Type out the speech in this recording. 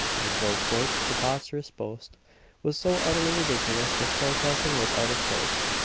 as though fort's preposterous boast was so utterly ridiculous that sarcasm was out of place.